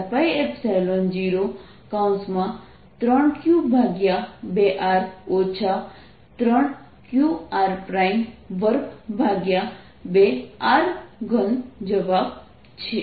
તેથી Vr14π032QR 312Qr2R3 જવાબ છે